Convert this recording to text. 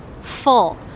full